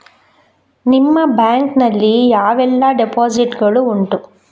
ನಿಮ್ಮ ಬ್ಯಾಂಕ್ ನಲ್ಲಿ ಯಾವೆಲ್ಲ ಡೆಪೋಸಿಟ್ ಗಳು ಉಂಟು?